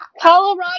Colorado